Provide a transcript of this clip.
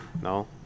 ¿no